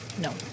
no